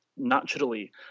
naturally